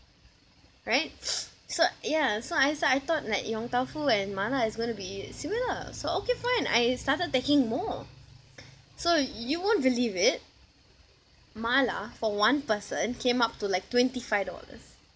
right so ya so I so I thought like yong tau foo and mala is going to be similar so okay fine I started taking more so you won't believe it mala for one person came up to like twenty five dollars